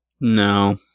No